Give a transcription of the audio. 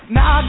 Now